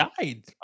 died